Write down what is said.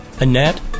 Annette